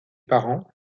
parents